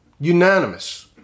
Unanimous